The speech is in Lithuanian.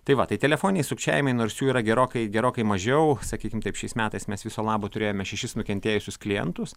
tai va tai telefoniniai sukčiavimai nors jų yra gerokai gerokai mažiau sakykim taip šiais metais mes viso labo turėjome šešis nukentėjusius klientus